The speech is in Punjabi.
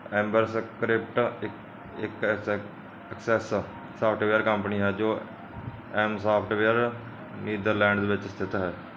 ਐਂਬਰਸਕ੍ਰਿਪਟ ਇੱ ਇੱਕ ਐਕ ਐਕਸੈੱਸ ਸਾਫਟਵੇਅਰ ਕੰਪਨੀ ਹੈ ਜੋ ਐੱਮਸਾਫਟਵੇਅਰ ਨੀਦਰਲੈਂਡਜ਼ ਦੇ ਵਿੱਚ ਸਥਿਤ ਹੈ